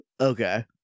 Okay